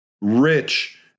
rich